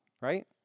right